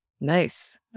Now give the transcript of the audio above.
Nice